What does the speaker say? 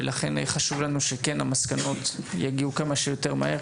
ולכן חשוב לנו שהמסקנות יגיעו כמה שיותר מהר,